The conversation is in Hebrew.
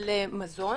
למזון,